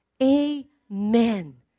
Amen